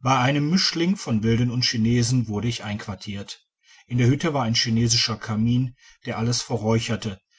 bei einem mischling von wilden und chinesen wurde ich einquartiert in der hütte war ein chinesischer kamin der alles verräucherte